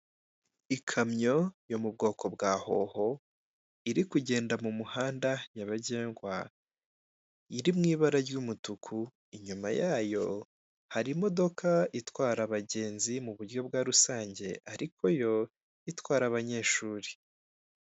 Ikamyo yo mu bwoka bwa hoho iri kugenda mu muhanda nyabagendwa iri mu ibara ry'umutuku, inyuma yayo hari imodoka itwara abagenzi mu buryo bwa rusange ariko yo itwara abanyeshuri.